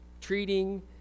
treating